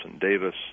Davis